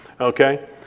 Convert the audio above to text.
Okay